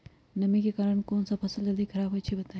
नमी के कारन कौन स फसल जल्दी खराब होई छई बताई?